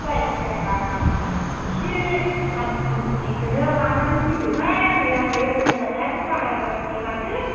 जायखि जाया इसे दाम खमनिफोरखौनो लानानै फैदोहाय आनै आंनो गोजांनायाबो बारा जाथारबाय माथो